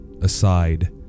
aside